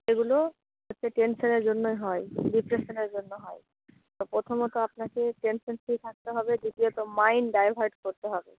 এগুলো টেনশনের জন্যই হয় ডিপ্রেশনের জন্য হয় তো প্রথমত আপনাকে টেনশন ফ্রি থাকতে হবে দ্বিতীয়ত মাইন্ড ডাইভার্ট করতে হবে